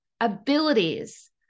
abilities